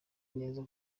neza